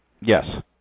Yes